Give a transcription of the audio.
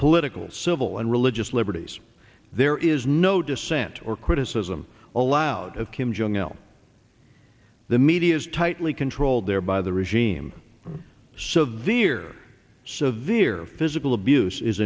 political civil and religious liberties there is no dissent or criticism allowed of kim jong il the media is tightly controlled there by the regime so the ear severe physical abuse is